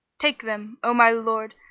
take them, o my lord,